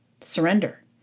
Surrender